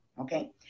okay